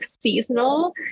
seasonal